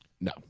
No